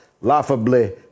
laughably